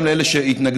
גם לאלה שהתנגדו,